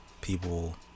people